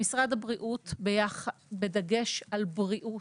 משרד הבריאות, בדגש על בריאות,